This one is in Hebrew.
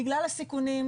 בגלל הסיכונים,